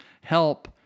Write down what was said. help